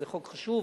זה חוק חשוב,